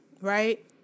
right